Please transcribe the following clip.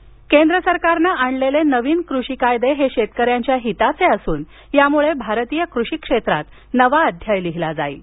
तोमर पत्र केंद्र सरकारनं आणलेले नविन कृषी कायदे हे शेतकऱ्यांच्या हिताचे असून यामुळे भारतीय कृषी क्षेत्रांत नवा अध्याय लिहीला जाईल